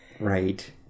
right